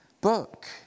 book